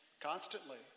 Constantly